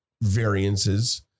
variances